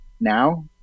now